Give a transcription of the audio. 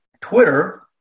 Twitter